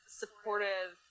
supportive